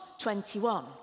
21